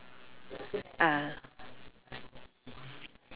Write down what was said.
ah